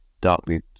darkly